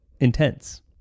intense